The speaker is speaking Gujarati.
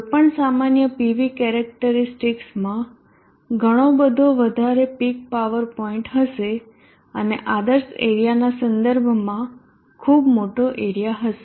કોઈપણ સામાન્ય PV કેરેક્ટરીસ્ટિકસમાં ઘણો બધો વધારે પીક પાવર પોઈન્ટ હશે અને આદર્શ એરીયાના સંદર્ભમાં ખૂબ મોટો એરીયા હશે